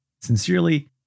Sincerely